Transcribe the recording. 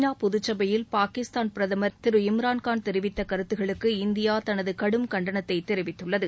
நா பொதுசபையில் பாகிஸ்தான் பிரதமா் இம்ரான்கான் தெரிவித்த கருத்துகளுக்கு இந்தியா தனது கடும் கண்டனத்தை தெரிவித்துள்ளது